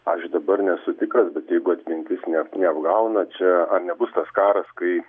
aš dabar nesu tikras bet jeigu atmintis ne neapgauna čia ar nebus tas karas kai